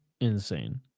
Insane